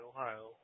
Ohio